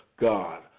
God